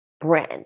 brand